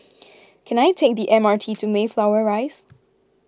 can I take the M R T to Mayflower Rise